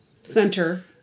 Center